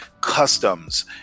customs